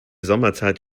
sommerzeit